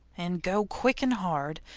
and go quick an' hard,